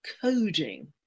coding